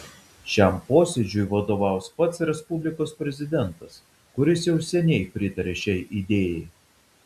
šiam posėdžiui vadovaus pats respublikos prezidentas kuris jau seniai pritaria šiai idėjai